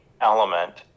element